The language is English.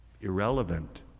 irrelevant